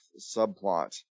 subplot